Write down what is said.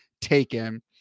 taken